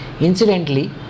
Incidentally